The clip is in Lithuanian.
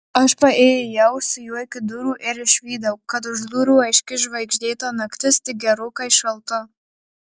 aš paėjėjau su juo iki durų ir išvydau kad už durų aiški žvaigždėta naktis tik gerokai šalta